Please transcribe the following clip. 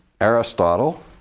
Aristotle